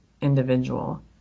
individual